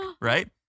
right